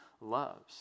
loves